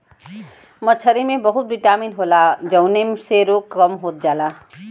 मछरी में बहुत बिटामिन होला जउने से रोग कम होत जाला